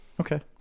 okay